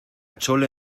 chole